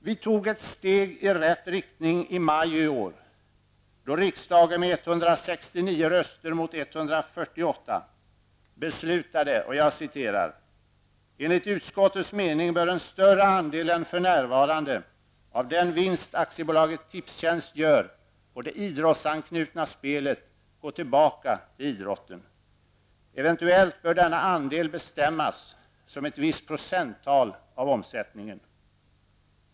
Vi tog ett steg i rätt riktning i maj i år, då riksdagen med 169 röster mot 148 fattade beslut i enlighet med följande yttrande från kulturutskottet: ''Enligt utskottets mening bör en större andel än för närvarande av den vinst AB Tipstjänst gör på det idrottsanknutna spelet gå tillbaka till idrotten. Eventuellt bör denna andel bestämmas som ett visst procenttal av omsättningen.